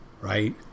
Right